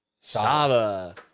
Sava